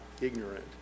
ignorant